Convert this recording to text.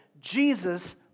Jesus